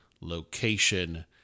location